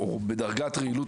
או בדרגת רעילות